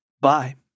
bye